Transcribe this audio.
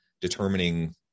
determining